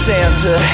Santa